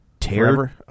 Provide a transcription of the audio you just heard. Tear